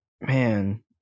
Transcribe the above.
Man